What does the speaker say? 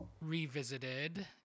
revisited